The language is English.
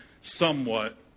somewhat